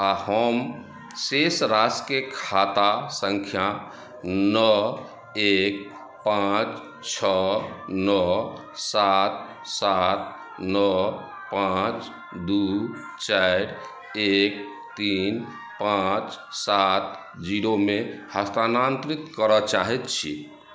आ हम शेष राशिके खाता सङ्ख्या नओ एक पाँच छओ नओ सात सात नओ पाँच दू चारि एक तीन पाँच सात जीरो मे हस्तानांतरित करऽ चाहैत छी